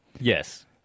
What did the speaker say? Yes